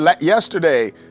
yesterday